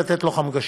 לתת לו חמגשית.